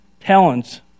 talents